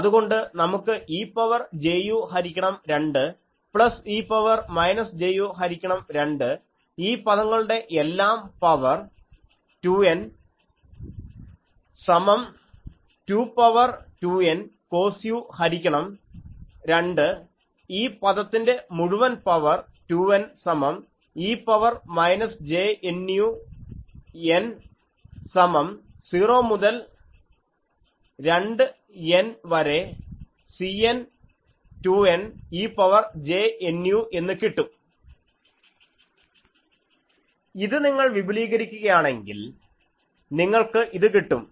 അതുകൊണ്ട് നമുക്ക് e power j u ഹരിക്കണം 2 plus e power minus j u ഹരിക്കണം 2 ഈ പദങ്ങളുടെ എല്ലാം പവർ 2N സമം 2 പവർ 2N cos u ഹരിക്കണം 2 ഈ പദത്തിൻ്റെ മുഴുവൻ പവർ 2N സമം e power minus j Nu n സമം 0 മുതൽ 2N വരെ Cn2N e power j nu എന്ന് കിട്ടും ഇത് നിങ്ങൾ വിപുലീകരിക്കുകയാണ് എങ്കിൽ നിങ്ങൾക്ക് ഇത് കിട്ടും